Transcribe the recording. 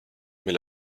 mais